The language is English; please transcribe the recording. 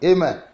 Amen